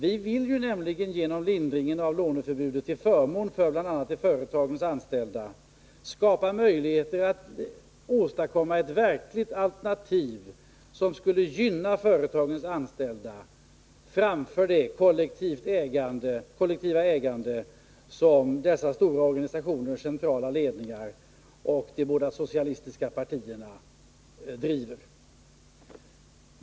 Vi vill nämligen genom lindringen av låneförbudet till förmån för bl.a. företagens anställda skapa möjligheter att åstadkomma ett verkligt alternativ som skulle gynna företagens anställda mer än det kollektiva ägande som dessa stora organisationers centrala ledningar och de båda socialistiska partierna förordar skulle göra.